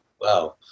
wow